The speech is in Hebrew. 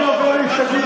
מה שאתה רוצה,